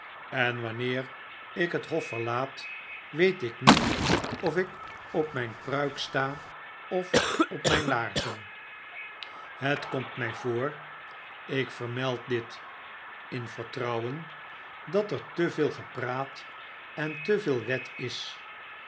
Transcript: en wanneer ik het hof verlaat weet ik niet of ik op myn pruik sta of op mijn laarzen het komt my voor ik vermeld dit in vertrouwen dat er te veel gepraat en te veel wet is